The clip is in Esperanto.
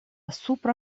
supra